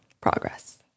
progress